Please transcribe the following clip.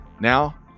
Now